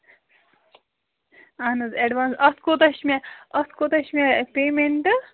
اَہن حظ ایڈوانس اَتھ کوٗتاہ چھُ مےٚ اَتھ کوٗتاہ چھُ مےٚ پیمنٛٹ